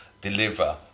deliver